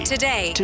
Today